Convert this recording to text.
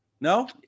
No